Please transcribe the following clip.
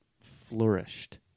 flourished